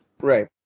Right